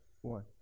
One